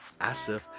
Asif